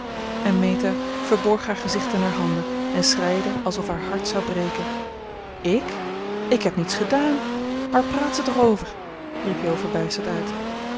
en meta verborg haar gezicht in haar handen en schreide alsof haar hart zou breken ik ik heb niets gedaan waar praat ze toch over riep jo verbijsterd uit